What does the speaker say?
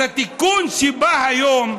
אז התיקון שבא היום,